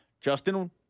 Justin